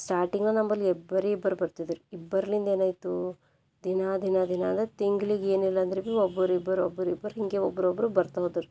starting ನಮ್ಮಲ್ಲಿ ಇಬ್ರೇ ಇಬ್ರು ಬರ್ತಿದ್ದರು ಇಬ್ರಲಿಂದ ಏನಾಯಿತು ದಿನ ದಿನ ದಿನ ಅಂದ್ರೆ ತಿಂಗ್ಳಿಗೆ ಏನಿಲ್ಲ ಅಂದ್ರು ಭೀ ಒಬ್ರು ಇಬ್ಬರು ಒಬ್ರು ಇಬ್ಬರು ಹೀಗೆ ಒಬ್ಬೊಬ್ಬರು ಬರ್ತಾ ಹೋದರು